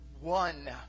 one